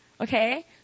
Okay